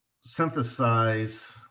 synthesize